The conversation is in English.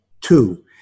Two